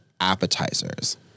appetizers